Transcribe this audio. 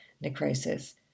necrosis